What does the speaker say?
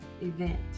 event